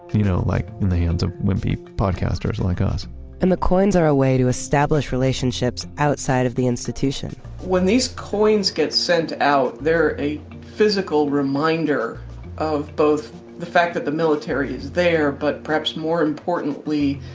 you know, like in the hands of wimpy podcasters like us and the coins are a way to establish relationships outside of the institution when these coins get sent out, they're a physical reminder of both the fact that the military is there, but perhaps more importantly,